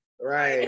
right